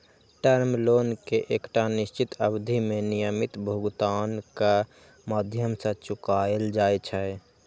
term loan कें एकटा निश्चित अवधि मे नियमित भुगतानक माध्यम सं चुकाएल जाइ छै